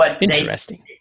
Interesting